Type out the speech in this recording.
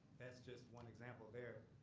that's just one example there.